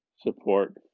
support